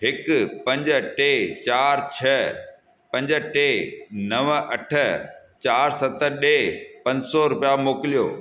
हिकु पंज टे चार छ्ह पंज टे नव अठ चार सत ॾे पंज सौ रुपिया मोकिलियो